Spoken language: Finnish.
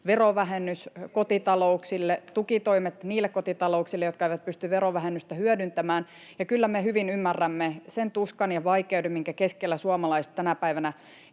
verovähennys kotitalouksille, tukitoimet niille kotitalouksille, jotka eivät pysty verovähennystä hyödyntämään. Ja kyllä me hyvin ymmärrämme sen tuskan ja vaikeuden, minkä keskellä suomalaiset tänä päivänä